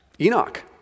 Enoch